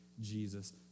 Jesus